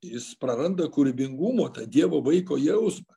jis praranda kūrybingumo tą dievo vaiko jausmą